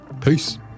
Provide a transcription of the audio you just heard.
Peace